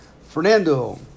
Fernando